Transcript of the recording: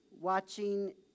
Watching